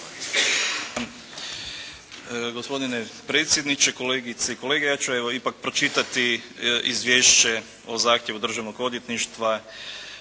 Gospodine predsjedniče, kolegice i kolege. Ja ću evo ipak pročitati Izvješće o zahtjevu Državnog odvjetništva